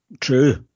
true